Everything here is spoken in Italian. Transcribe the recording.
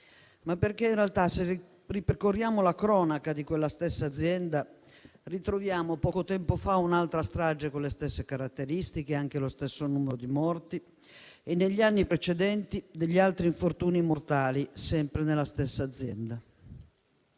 ma perché, in realtà, se ripercorriamo la cronaca di quella stessa azienda, ritroviamo, poco tempo fa, un'altra strage, con le stesse caratteristiche e anche lo stesso numero di morti e, negli anni precedenti, degli altri infortuni mortali, sempre nella stessa azienda.